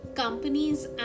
companies